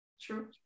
True